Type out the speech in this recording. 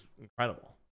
incredible